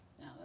no